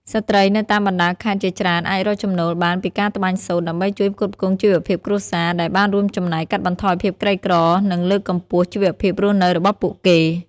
ស្ត្រីនៅតាមបណ្តាខេត្តជាច្រើនអាចរកចំណូលបានពីការត្បាញសូត្រ ដើម្បីជួយផ្គត់ផ្គង់ជីវភាពគ្រួសារ ដែលបានរួមចំណែកកាត់បន្ថយភាពក្រីក្រ និងលើកកម្ពស់ជីវភាពរស់នៅរបស់ពួកគេ។